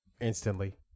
Instantly